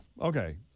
Okay